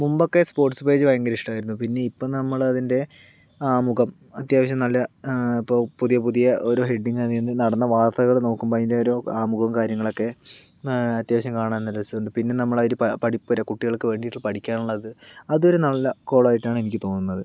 മുമ്പൊക്കെ sports page ഭയങ്കര ഇഷ്ടമായിരുന്നു പിന്നെയിപ്പോൾ നമ്മളതിൻ്റെ ആമുഖം അത്യാവശ്യം നല്ല ഇപ്പോൾ പുതിയ പുതിയ ഓരോ ഹെഡ്ഡിങ്ങ് അങ്ങനെ എന്തെങ്കിലും നടന്ന വാർത്തകൾ നോക്കുമ്പോൾ അതിൻ്റെ ഒരോ ആമുഖവും കാര്യങ്ങളൊക്കെ അത്യാവശ്യം കാണാൻ നല്ല രസമുണ്ട് പിന്നെ നമ്മളതിൽ പഠിപ്പുര കുട്ടികൾക്ക് വേണ്ടിയിട്ട് പഠിക്കാനുള്ളത് അതൊരു നല്ല കോളമായിട്ടാണ് എനിക്ക് തോന്നുന്നത്